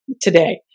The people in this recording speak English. today